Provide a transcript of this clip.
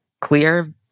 clear